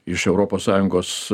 iš europos sąjungos